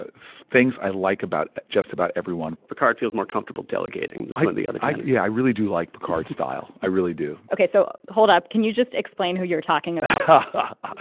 ah so things i like about just about everyone picard feels more comfortable delegating than some of the other candidates yeah, i really do like picard's style. i really do ok, so hold up. can you just explain who you're talking about? but